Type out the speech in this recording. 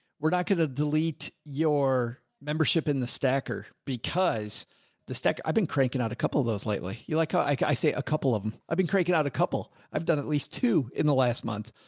we're not going to delete your membership in the stacker because the sec i've been cranking out a couple of those lately. you, like like i say, a couple of them, i've been cranking out a couple. i've done at least two in the last month,